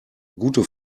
gute